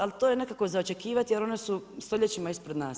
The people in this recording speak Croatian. Ali, to je nekako i za očekivati, jer one su stoljećima ispred nas.